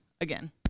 again